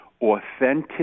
authentic